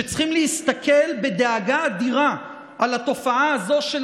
שצריכים להסתכל בדאגה אדירה על התופעה הזו של